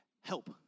help